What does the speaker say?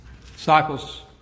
Disciples